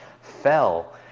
fell